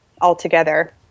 altogether